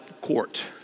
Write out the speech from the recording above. court